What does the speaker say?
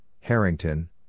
Harrington